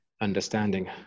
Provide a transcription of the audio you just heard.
understanding